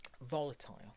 volatile